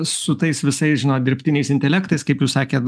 su tais visais žinot dirbtiniais intelektais kaip jūs sakėt